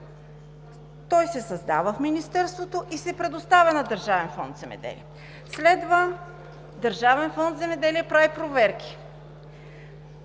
слой се създава в Министерството и се предоставя на Държавен фонд „Земеделие“. Държавен фонд „Земеделие“ прави проверки,